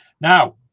Now